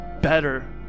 better